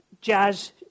Jazz